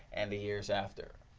and the years after?